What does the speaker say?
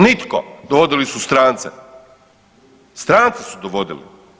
Nitko, dovodili su strance, strance su dovodili.